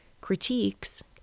critiques